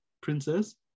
princess